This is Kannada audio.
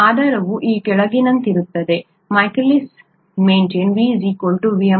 ಆಧಾರವು ಈ ಕೆಳಗಿನಂತಿರುತ್ತದೆ Michaelis Menten V VmS Km S